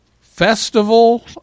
festival